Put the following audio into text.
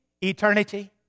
eternity